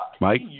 Mike